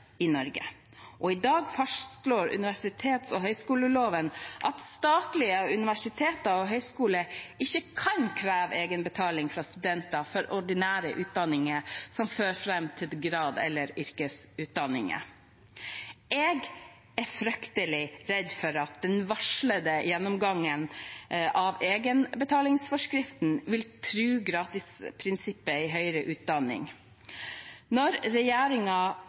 i Norge. I dag fastslår universitets- og høyskoleloven at statlige universiteter og høyskoler ikke kan «kreve egenbetaling fra studenter for ordinære utdanninger som fører frem til en grad eller yrkesutdanning». Jeg er fryktelig redd for at den varslede gjennomgangen av egenbetalingsforskriften vil true gratisprinsippet i høyere utdanning. Når